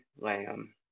Lamb